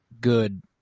good